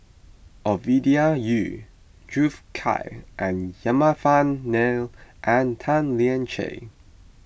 Ovidia Yu Juthika Ramanathan and Tan Lian Chye